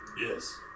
Yes